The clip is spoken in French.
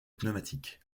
pneumatique